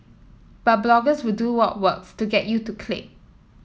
but bloggers will do what works to get you to click